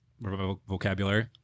vocabulary